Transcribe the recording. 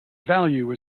value